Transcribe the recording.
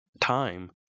time